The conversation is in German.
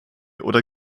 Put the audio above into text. oder